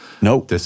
No